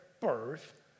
birth